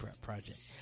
project